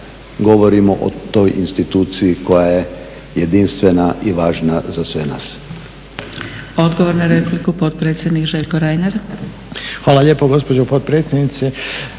govorimo o toj instituciji koja je jedinstvena i važna za sve nas.